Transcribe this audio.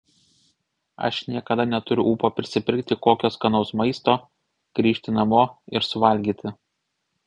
aš niekada neturiu ūpo prisipirkti kokio skanaus maisto grįžti namo ir suvalgyti